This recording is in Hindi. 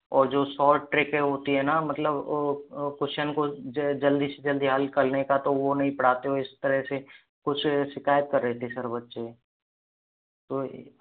और जो सोर्ट ट्रिकें होती है न मतलब कुश्चन को जल्दी से जल्दी हल कलने का तो वह नहीं पढ़ाते हो इस तरह से कुछ शिकायत कर रहे थे सर बच्चे तो